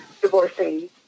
Divorcing